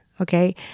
okay